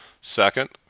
Second